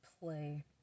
Play